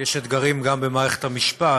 יש אתגרים גם במערכת המשפט,